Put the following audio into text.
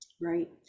Right